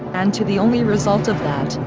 and to the only result of that,